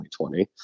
2020